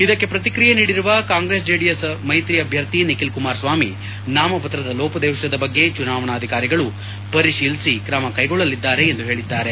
ಇದಕ್ಕೆ ಪ್ರಕ್ರಿಕಿಯೆ ನೀಡಿರುವ ಕಾಂಗ್ರೆಸ್ ಜೆಡಿಎಸ್ ಮೈತ್ರಿ ಅಭ್ಯರ್ಥಿ ನಿಖಿಲ್ ಕುಮಾರಸ್ವಾಮಿ ನಾಮಪತ್ರದ ರೋಪದೋಪದ ಬಗ್ಗೆ ಚುನಾವಣಾಧಿಕಾರಿಗಳು ಪರಿಶೀಲಿಸಿ ಕ್ರಮ ಕೈಗೊಳ್ಳಲಿದ್ದಾರೆ ಎಂದು ಹೇಳಿದ್ದಾರೆ